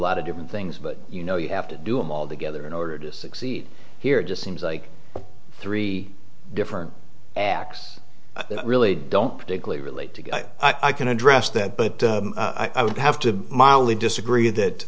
lot of different things but you know you have to do it all together in order to succeed here just seems like three different acts really don't particularly relate to i can address that but i would have to mildly disagree that